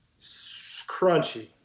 Crunchy